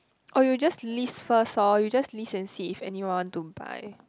or you just list first lor you just list and see if anyone want to buy